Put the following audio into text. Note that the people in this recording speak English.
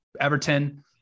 Everton